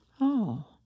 Oh